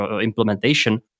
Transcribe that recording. implementation